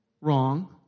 wrong